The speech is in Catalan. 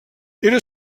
era